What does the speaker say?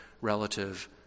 relative